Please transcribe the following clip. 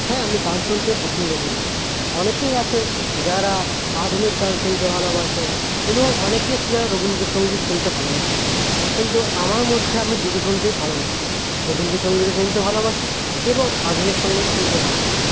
হ্যাঁ আমি গান শুনতে পছন্দ করি অনেকেই আছে যারা আধুনিক গান শুনতে ভালোবাসে এবং অনেকেই আছে যারা রবীন্দ্রসঙ্গীত শুনতে ভালোবাসে কিন্তু আমার মধ্যে আমি দুটো শুনতেই ভালোবাসি রবীন্দ্রসঙ্গীতও শুনতে ভালোবাসি এবং আধুনিক সঙ্গীতও শুনতে ভালোবাসি